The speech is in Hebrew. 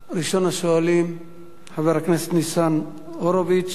ראשון השואלים הוא חבר הכנסת ניצן הורוביץ,